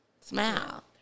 smile